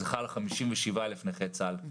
זה חל על 57,000 נכי צה"ל,